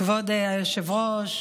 כבוד היושב-ראש,